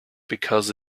because